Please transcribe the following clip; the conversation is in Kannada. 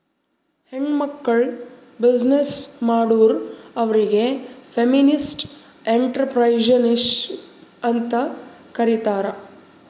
ಹೆಣ್ಮಕ್ಕುಳ್ ಬಿಸಿನ್ನೆಸ್ ಮಾಡುರ್ ಅವ್ರಿಗ ಫೆಮಿನಿಸ್ಟ್ ಎಂಟ್ರರ್ಪ್ರಿನರ್ಶಿಪ್ ಅಂತ್ ಕರೀತಾರ್